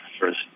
First